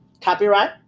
copyright